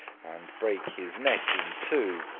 and break his neck in two.